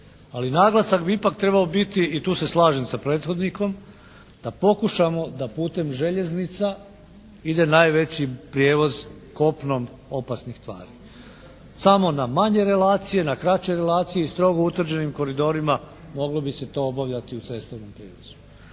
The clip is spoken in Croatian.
ali naglasak bi ipak trebao biti i tu se slažem sa prethodnikom da pokušamo da putem željeznica ide najveći prijevoz kopnom opasnih tvari, samo na manje relacije, kraće relacije i strogo utvrđenih koridorima moglo bi se to obavljati u cestovnom prijevozu.